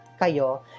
kayo